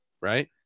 right